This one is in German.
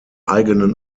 eigenen